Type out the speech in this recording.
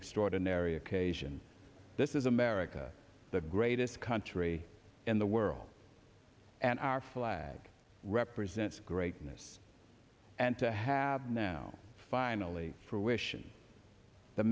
extraordinary occasion this is america the greatest country in the world and our flag represents greatness and to have now finally fruition the